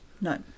No